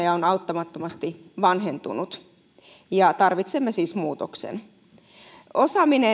ja on auttamattomasti vanhentunut ja tarvitsemme siis muutoksen osaaminen